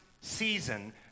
season